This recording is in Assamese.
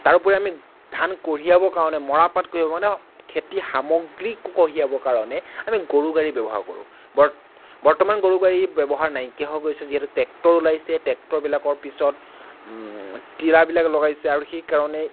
তাৰোপৰি আমি ধান কঢ়িয়াবৰ কাৰণে মৰাপাট কঢ়িয়াব কাৰণে খেতি সামগ্ৰী কঢ়িয়াব কাৰণে আমি গৰু গাড়ী ব্যৱহাৰ কৰোঁ বৰ্ত বৰ্তমান গৰু গাড়ী ব্যৱহাৰ নাইকিয়া হৈ গৈছে যিহেতু ট্ৰেক্টৰ ওলাইছে ট্ৰেক্টৰবিলাকৰ পিছত তিৰাবিলাক লগাইছে আৰু সেইকাৰণেই